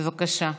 בבקשה.